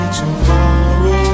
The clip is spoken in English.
tomorrow